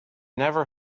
never